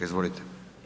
Izvolite.